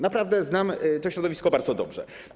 Naprawdę znam to środowisko bardzo dobrze.